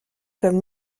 comme